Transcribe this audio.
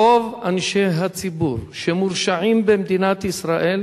רוב אנשי הציבור שמורשעים במדינת ישראל,